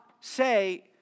say